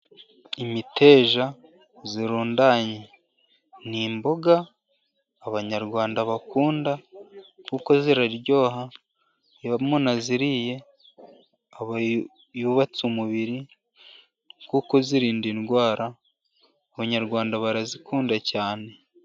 Imiteja irundanye, ni imboga Abanyarwanda bakunda, kuko ziraryoha, iyo umuntu aziriye, aba yubatse umubiri kuko zirinda indwara, Abanyarwanda barazikunda cyane.